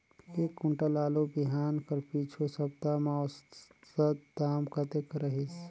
एक कुंटल आलू बिहान कर पिछू सप्ता म औसत दाम कतेक रहिस?